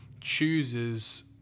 chooses